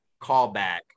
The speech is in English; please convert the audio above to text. callback